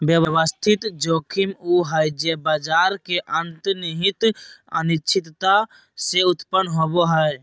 व्यवस्थित जोखिम उ हइ जे बाजार के अंतर्निहित अनिश्चितता से उत्पन्न होवो हइ